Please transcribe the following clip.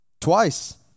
Twice